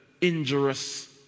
injurious